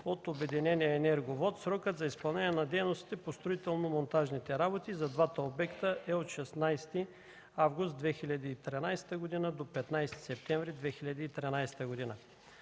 от обединение „Енерго Вод”, срокът за изпълнение на дейностите по строително-монтажните работи за двата обекта е от 16 август 2013 г. до 15 септември 2013 г.